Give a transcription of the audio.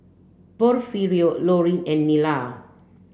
Porfirio Loreen and Nila